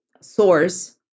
source